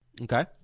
Okay